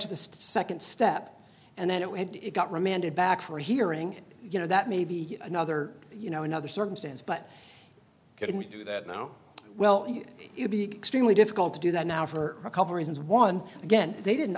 to the nd step and then it went it got remanded back for a hearing you know that may be another you know another circumstance but couldn't do that now well it would be extremely difficult to do that now for a couple reasons one again they didn't